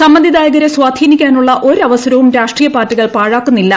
സമ്മതിദായകരെ സ്വാധീനിക്കാനുള്ള ഒരു അവസരവും രാഷ്ട്രീയ പാർട്ടികൾ പാഴാക്കുന്നില്ല